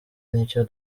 n’icyo